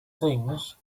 things